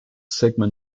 sigma